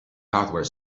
hardware